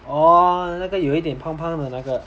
orh 那个有一点胖胖的那个